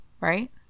right